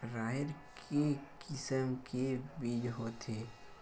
राहेर के किसम के बीज होथे?